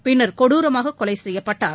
பின்னர் கொடுரமாக கொலை செய்யப்பட்டார்